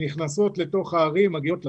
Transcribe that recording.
נכנסות לתוך הערים, מגיעות לסופר,